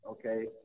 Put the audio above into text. Okay